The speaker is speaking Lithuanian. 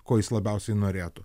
ko jis labiausiai norėtų